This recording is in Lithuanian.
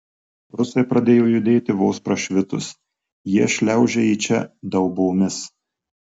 rusai pradėjo judėti vos prašvitus jie šliaužia į čia daubomis